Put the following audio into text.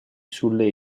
sulle